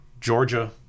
Georgia